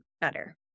better